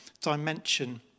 dimension